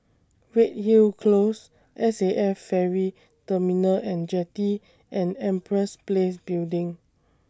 Redhill Close S A F Ferry Terminal and Jetty and Empress Place Building